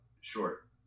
short